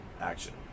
action